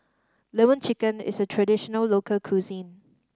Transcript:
Lemon Chicken is a traditional local cuisine